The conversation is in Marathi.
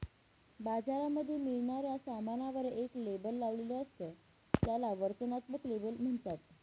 बाजारामध्ये मिळणाऱ्या सामानावर एक लेबल लावलेले असत, त्याला वर्णनात्मक लेबल म्हणतात